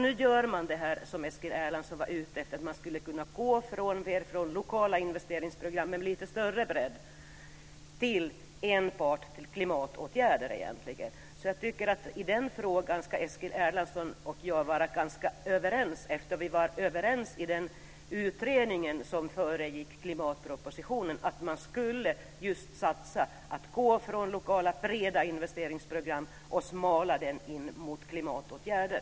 Nu gör man det här som Eskil Erlandsson var ute efter, att man skulle kunna gå från lokala investeringsprogram med lite större bredd till enbart klimatåtgärder. Så jag tycker att i den frågan ska Eskil Erlandsson och jag vara ganska överens. Vi var överens i den utredning som föregick klimatpropositionen: Man skulle just satsa på att gå från breda lokala investeringsprogram och smalna in dem mot klimatåtgärder.